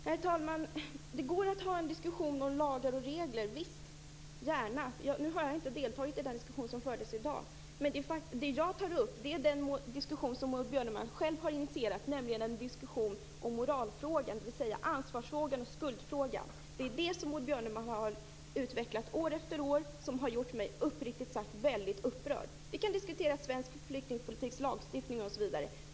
Herr talman! Det går att ha en diskussion om lagar och regler. Det har jag gärna. Men nu jag har inte deltagit i den diskussion som fördes i dag. Det jag tar upp är den diskussion som Maud Björnemalm själv har initierat, nämligen en diskussion om moralfrågan, dvs. ansvarsfrågan och skuldfrågan. Det är det som Maud Björnemalm har utvecklat år efter år. Det har uppriktigt sagt gjort mig väldigt upprörd. Vi kan diskutera svensk flyktingpolitik, lagstiftning, osv.